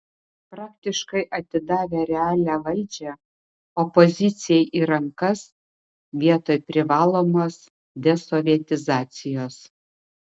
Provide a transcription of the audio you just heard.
praktiškai atidavę realią valdžią opozicijai į rankas vietoj privalomos desovietizacijos